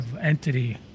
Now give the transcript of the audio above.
entity